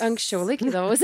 anksčiau laikydavausi